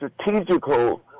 strategical